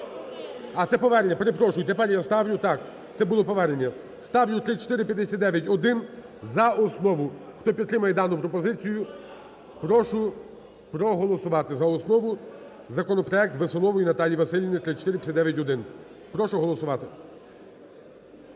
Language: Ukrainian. А, це повернення, перепрошую. Тепер я ставлю… Так, це було повернення. Ставлю 3459-1 за основу. Хто підтримує дану пропозицію, прошу проголосувати за основу законопроект Веселової Наталії Василівни 3459-1. Прошу голосувати.